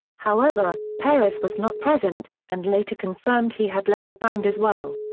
however, perez was not present, and later confirmed he had left the band as well.